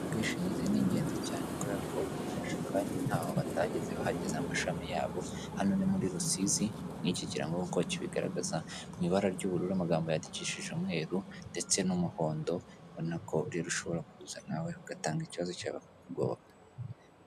Ubwishingizi ni ingenzi cyane kubera ko budufasha kandi ntaho batageze bahageza amashami yabo. hano ni muri rusizi niki kirango kuko kibigaragaza mw'ibara ry'ubururu n' amagambo yadikishije umweru ndetse n'umuhondo ubonako rero ushobora kuza nawe ugatanga ikibazo cyawe bakakugoboka.